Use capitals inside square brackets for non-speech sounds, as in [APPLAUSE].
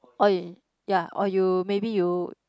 [NOISE] ya or you maybe you